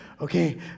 Okay